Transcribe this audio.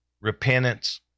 repentance